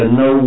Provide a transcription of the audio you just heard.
no